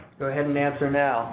go ahead and answer now